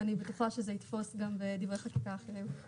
ואני בטוחה שזה יתפוס גם בדברי חקיקה אחרים.